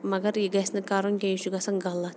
مگر یہِ گژھِ نہٕ کَرُن کینٛہہ یہِ چھُ گژھان غلط